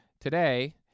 today